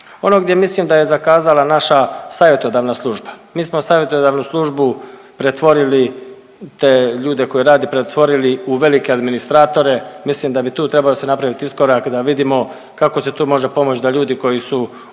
Ono gdje mislim da je zakazala naša savjetodavna služba, mi smo savjetodavnu službu pretvorili, te ljude koji rade, pretvorili u velike administratore, mislim da bi tu trebao se napraviti iskorak da vidimo kako se tu može pomoć da ljudi koji su